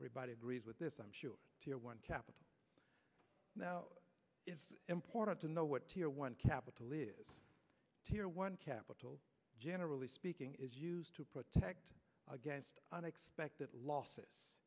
everybody agrees with this i'm sure one capital now is important to know what tier one capital is tier one capital generally speaking is used to protect against unexpected losses